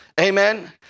Amen